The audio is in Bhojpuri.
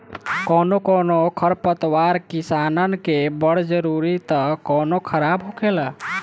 कौनो कौनो खर पतवार किसानन के बड़ जरूरी त कौनो खराब होखेला